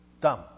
dumb